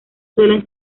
suelen